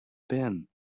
been